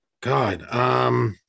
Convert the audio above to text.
God